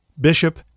Bishop